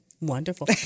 Wonderful